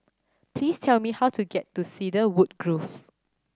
please tell me how to get to Cedarwood Grove